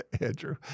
Andrew